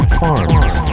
farms